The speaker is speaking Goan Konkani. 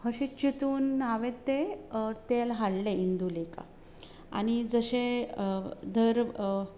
अशे चिंतून हांवें तेल हाडलें इंदू लेखा आनी जशे धर